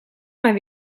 mijn